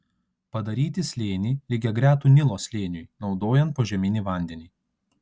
padaryti slėnį lygiagretų nilo slėniui naudojant požeminį vandenį